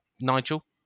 Nigel